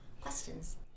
questions